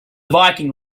viking